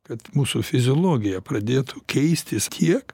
kad mūsų fiziologija pradėtų keistis tiek